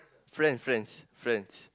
friend friends friends